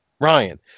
Ryan